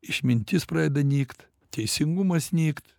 išmintis pradeda nykt teisingumas nykt